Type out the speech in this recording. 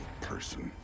person